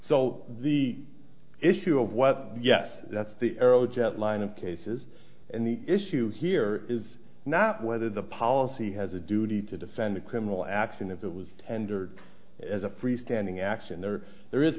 so the issue of what yes that's the aerojet line of cases and the issue here is not whether the policy has a duty to defend a criminal acts and if it was tendered as a freestanding action there there is